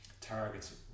targets